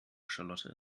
charlotte